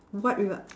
what we're